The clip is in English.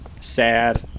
sad